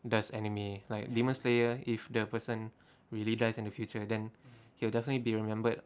does anime like demon slayer if the person really dies in the future then he'll definitely be remembered